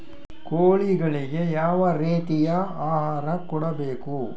ಕೋಳಿಗಳಿಗೆ ಯಾವ ರೇತಿಯ ಆಹಾರ ಕೊಡಬೇಕು?